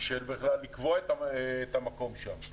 של קביעת המקום שם.